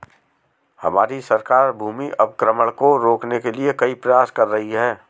हमारी सरकार भूमि अवक्रमण को रोकने के लिए कई प्रयास कर रही है